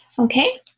okay